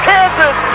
Kansas